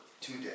today